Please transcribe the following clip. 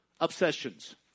obsessions